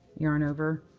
yarn over,